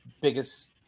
biggest